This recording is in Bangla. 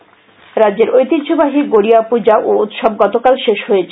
গড়িয়া রাজ্যের ঐতিহ্যবাহী গড়িয়া পূজা ও উৎসব গতকাল শেষ হয়েছে